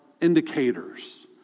indicators